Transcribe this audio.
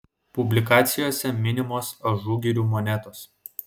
publikacijose minimos ažugirių monetos